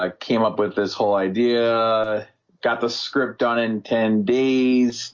ah came up with this whole idea got the script done in ten days